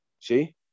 See